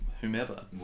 whomever